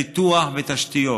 פיתוח ותשתיות.